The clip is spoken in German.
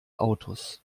autos